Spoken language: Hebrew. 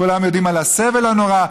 כולם יודעים על הסבל הנורא,